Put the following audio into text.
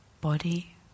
body